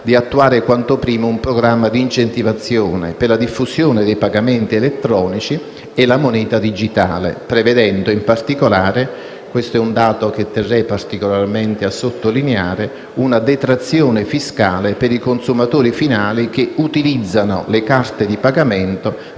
di attuare quanto prima un programma di incentivazione per la diffusione dei pagamenti elettronici e la moneta digitale prevedendo, in particolare, questo è un dato che tengo particolarmente a sottolineare, una detrazione fiscale per i consumatori finali che utilizzano le carte di pagamento